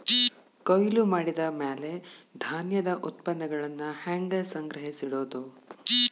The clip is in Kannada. ಕೊಯ್ಲು ಮಾಡಿದ ಮ್ಯಾಲೆ ಧಾನ್ಯದ ಉತ್ಪನ್ನಗಳನ್ನ ಹ್ಯಾಂಗ್ ಸಂಗ್ರಹಿಸಿಡೋದು?